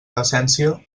decència